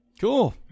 Cool